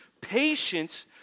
Patience